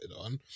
on